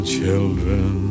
children